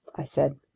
i said,